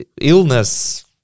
illness